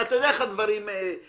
אתה יודע איך הדברים מתכתבים